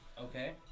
Okay